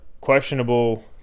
Questionable